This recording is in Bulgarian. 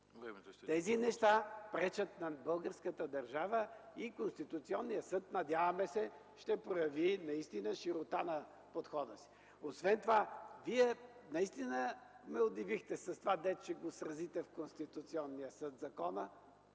Тези неща пречат на българската държава и Конституционният съд, надяваме се, ще прояви наистина широта в подхода си. Освен това Вие наистина ми удивихте с това, дето ще сразите закона в Конституционния съд.